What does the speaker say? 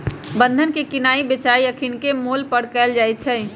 बन्धन के किनाइ बेचाई अखनीके मोल पर कएल जाइ छइ